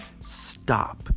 stop